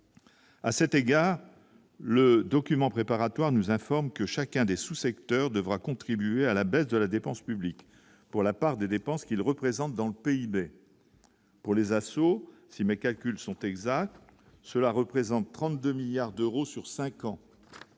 à cet égard le document préparatoire nous informe que chacun des sous-secteurs devra contribuer à la baisse de la dépense publique pour la part des dépenses qu'il représente dans le PIB pour les assauts, si mes calculs sont exacts, cela représente 32 milliards d'euros sur 5 ans